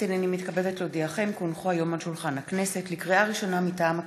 הכנסת, לקריאה ראשונה, מטעם הכנסת: